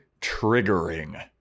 Triggering